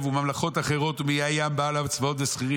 וממלכות אחדות מאיי הים באו אליו צבאות שכירים.